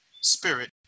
spirit